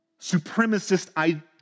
Supremacist